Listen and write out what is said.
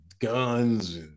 guns